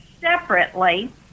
separately